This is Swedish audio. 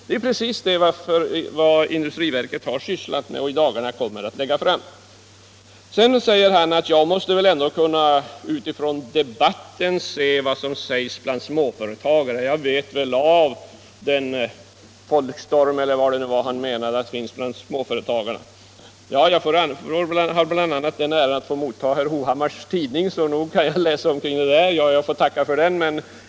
Det är precis det som industriverket har sysslat med och i dagarna kommer att lägga fram material om. Sedan säger han att jag väl ändå måste veta vad som sägs bland småföretagare och att jag bör känna till den folkstorm eller vad han menar det är som pågår bland småföretagarna. Ja, jag har den äran att motta herr Hovhammars tidning — och jag får tacka för den! — så nog kan jag läsa upp vad som står där om småföretagarna.